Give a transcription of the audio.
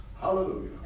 Hallelujah